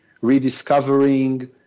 rediscovering